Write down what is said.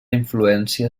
influència